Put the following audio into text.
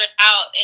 out